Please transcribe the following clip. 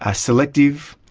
ah selective,